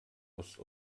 aus